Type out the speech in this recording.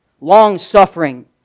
Long-suffering